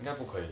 他不可以